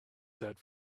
set